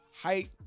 height